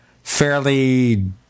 fairly